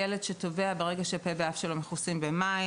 ילד שטובע ברגע שהפה והאף שלו מכוסים במים,